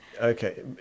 okay